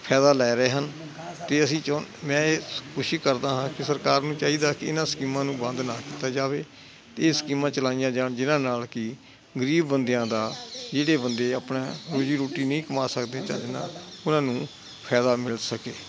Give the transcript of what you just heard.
ਫਾਇਦਾ ਲੈ ਰਹੇ ਹਨ ਅਤੇ ਅਸੀਂ ਚਾਹੁੰ ਮੈਂ ਇਸ ਖੁਸ਼ੀ ਕਰਦਾ ਹਾਂ ਕਿ ਸਰਕਾਰ ਨੂੰ ਚਾਹੀਦਾ ਕਿ ਇਹਨਾਂ ਸਕੀਮਾਂ ਨੂੰ ਬੰਦ ਨਾ ਕੀਤਾ ਜਾਵੇ ਅਤੇ ਇਹ ਸਕੀਮਾਂ ਚਲਾਈਆਂ ਜਾਣ ਜਿਹਨਾਂ ਨਾਲ ਕਿ ਗਰੀਬ ਬੰਦਿਆਂ ਦਾ ਜਿਹੜੇ ਬੰਦੇ ਆਪਣਾ ਰੋਜ਼ੀ ਰੋਟੀ ਨਹੀਂ ਕਮਾ ਸਕਦੇ ਚੱਜ ਨਾਲ ਉਹਨਾਂ ਨੂੰ ਫਾਇਦਾ ਮਿਲ ਸਕੇ